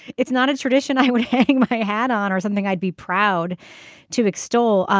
it's not a tradition i would hang my hat on or something i'd be proud to extol.